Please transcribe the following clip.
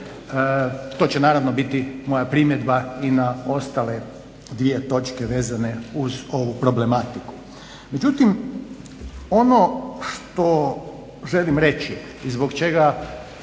To će naravno biti moja primjedba i na ostale dvije točke vezane uz ovu problematiku. Međutim, ono što želim reći i zbog čega